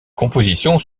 compositions